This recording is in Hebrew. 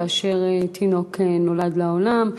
כאשר תינוק נולד לעולם,